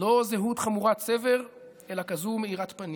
לא זהות חמורת סבר אלא כזאת מאירת פנים,